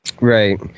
Right